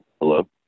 Hello